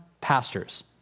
pastors